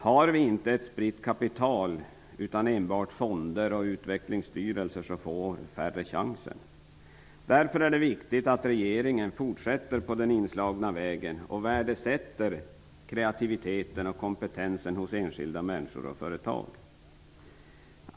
Har vi inte ett spritt kapital, utan enbart fonder och och utvecklingsstyrelser, är det färre som får chansen. Därför är det viktigt att regeringen fortsätter på den inslagna vägen och värdesätter kreativiteten och kompetensen hos enskilda människor och företag.